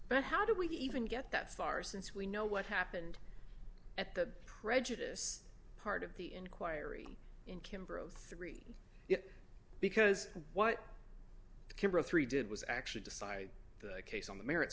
but how do we even get that far since we know what happened at the prejudice part of the inquiry in kimber three because what the camera three did was actually decide the case on the merits